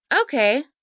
Okay